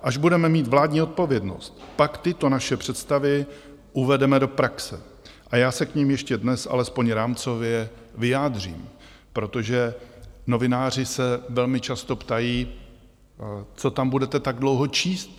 Až budeme mít vládní odpovědnost, pak tyto naše představy uvedeme do praxe a já se k nim ještě dnes alespoň rámcově vyjádřím, protože novináři se velmi často ptají: Co tam budete tak dlouho číst?